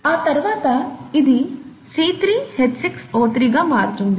ఆ తర్వాత ఇది C3H6O3 గా మారుతుంది